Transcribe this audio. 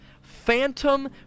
phantom